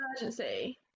emergency